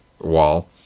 wall